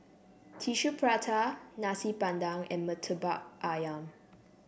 Tissue Prata Nasi Padang and Murtabak ayam